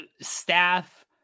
staff